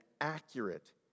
accurate